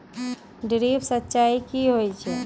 Drip सिंचाई कि होय छै?